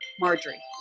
Marjorie